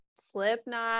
slipknot